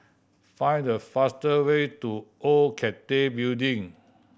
find the fastest way to Old Cathay Building